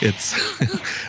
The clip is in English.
it's